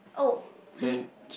uh then